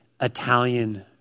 Italian